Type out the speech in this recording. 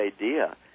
idea